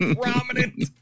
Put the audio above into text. prominent